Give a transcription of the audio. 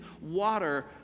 water